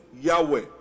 Yahweh